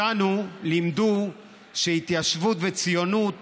אותנו לימדו שהתיישבות וציונות